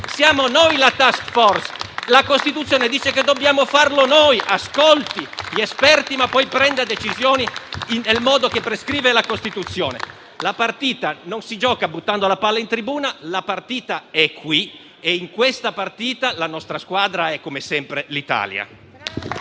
siamo noi la *task-force. La Costituzione dice che dobbiamo farlo noi; ascolti gli esperti, ma poi prenda decisioni nel modo che prescrive la Costituzione. La partita non si gioca buttando la palla in tribuna, ma è qui e in questa partita la nostra squadra è, come sempre, l'Italia.